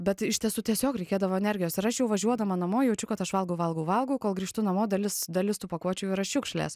bet iš tiesų tiesiog reikėdavo energijos ir aš jau važiuodama namo jaučiu kad aš valgau valgau valgau kol grįžtu namo dalis dalis tų pakuočių yra šiukšlės